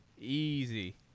Easy